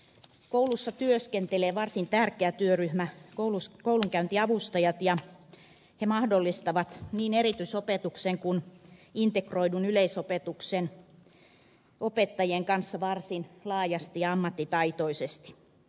koulussa työskentelee varsin tärkeä työryhmä koulunkäyntiavustajat ja he mahdollistavat niin erityisopetuksen kuin integroidun yleisopetuksen opettajien kanssa varsin laajasti ja ammattitaitoisesti